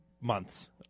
months